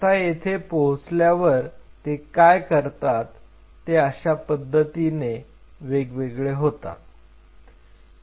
आता येथे पोहोचल्यावर ते काय करतात ते अशा पद्धतीने वेगवेगळे होतात